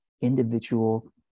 individual